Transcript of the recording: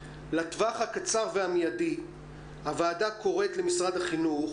לטווח הקצר והמיידי הוועדה קוראת למשרד החינוך